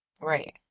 Right